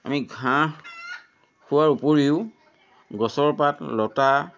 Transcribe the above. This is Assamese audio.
আমি ঘাঁহ খোওৱাৰ উপৰিও গছৰ পাত লতা